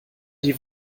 die